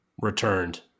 Returned